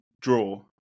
draw